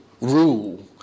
rule